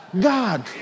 God